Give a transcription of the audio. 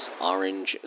orange